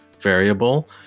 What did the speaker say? variable